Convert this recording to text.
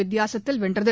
வித்தியாசத்தில் வென்றது